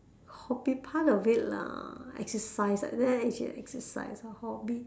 hobby part of it lah exercise like that exercise a hobby